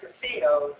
casinos